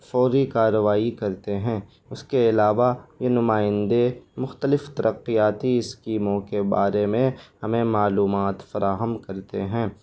فوری کارروائی کرتے ہیں اس کے علاوہ یہ نمائندے مختلف ترقیاتی اسکیموں کے بارے میں ہمیں معلومات فراہم کرتے ہیں